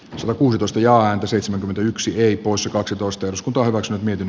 satakuusitoista ja seitsemänkymmentäyksi ei poissa kaksitoista jos kaivos nyt miten